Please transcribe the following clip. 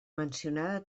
mencionada